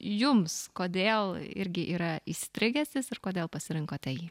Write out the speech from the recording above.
jums kodėl irgi yra įstrigęs jis ir kodėl pasirinkote jį